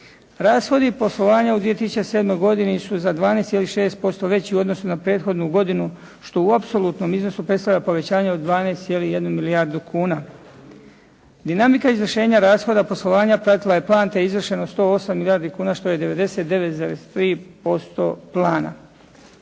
Rashodi poslovanja u 2007. godini su za 12,6% veći u odnosu na prethodnu godinu što u apsolutnom iznosu predstavlja povećanje od 12,1 milijardu kuna. Dinamika izvršenja rashoda poslovanja pratila je plan te je izvršeno 108 milijardi kuna što je 99,3% plana.